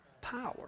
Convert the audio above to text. power